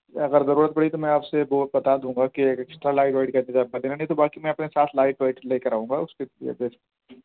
اگر ضرورت پڑی تو میں آپ سے وہ بتا دوں گا کہ اکسٹرا لائٹ وائٹ کا انتظام کر دینا نہیں تو باقی میں اپنے ساتھ لائٹ وائٹ لے کر آؤں گا اس کے لیے بے فک